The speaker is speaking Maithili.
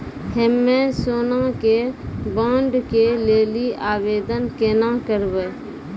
हम्मे सोना के बॉन्ड के लेली आवेदन केना करबै?